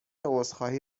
عذرخواهی